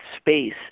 space